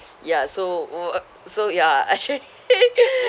ya so so ya actually